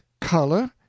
color